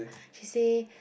she say